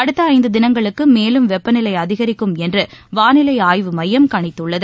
அடுத்த ஐந்து தினங்களுக்கு மேலும் வெப்பநிலை அதிகரிக்கும் என்று வானிலை ஆய்வு மையம் கணித்துள்ளது